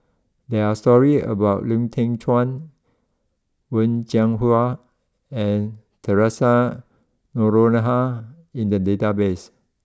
there are stories about Lau Teng Chuan Wen Jinhua and Theresa Noronha in the database